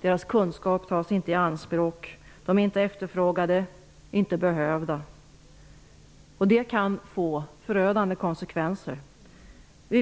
Deras kunskaper tas inte i anspråk. De är inte efterfrågade och inte behövda. Det kan få förödande konsekvenser.